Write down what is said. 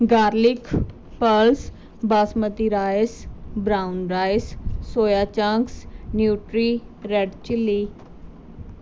garlic pearls basmati rice brown rice soya chunks nutri red chilli